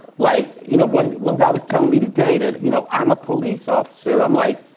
like, you know, one one guy was telling me today that, you know, i'm a police officer. i'm like,